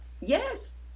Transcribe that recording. Yes